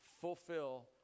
fulfill